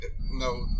No